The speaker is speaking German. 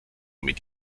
mit